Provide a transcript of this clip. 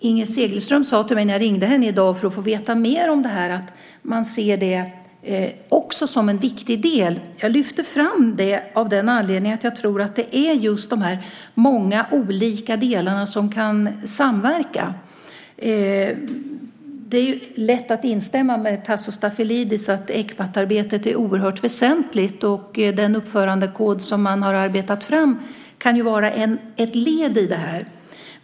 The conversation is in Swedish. Inger Segelström sade till mig när jag ringde henne i dag för att få veta mer om det här att man ser det som en viktig del. Jag lyfte fram det av den anledningen att jag tror att det är just de här många olika delarna som kan samverka. Det är lätt att instämma med Tasso Stafilidis i att Ecpat är oerhört väsentligt, och den uppförandekod som man har arbetat fram kan ju vara ett led i det här.